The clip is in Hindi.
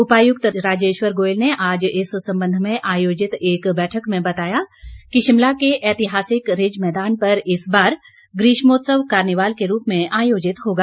उपायुक्त राजेश्वर गोयल ने आज इस संबंध में आयोजित एक बैठक में बताया कि शिमला के ऐतिहासिक रिज मैदान पर इस बार ग्रीष्मोत्सव कार्निवाल के रूप में आयोजित होगा